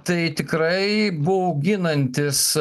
tai tikrai bauginantis